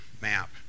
map